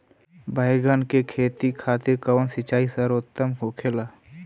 बैगन के खेती खातिर कवन सिचाई सर्वोतम होखेला?